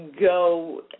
go